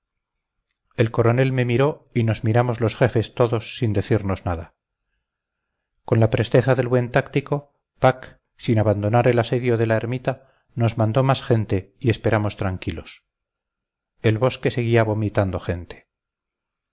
el coronel me miró y nos miramos los jefes todos sin decirnos nada con la presteza del buen táctico pack sin abandonar el asedio de la ermita nos mandó más gente y esperamos tranquilos el bosque seguía vomitando gente